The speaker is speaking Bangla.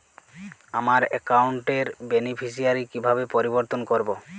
আমার অ্যাকাউন্ট র বেনিফিসিয়ারি কিভাবে পরিবর্তন করবো?